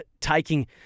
taking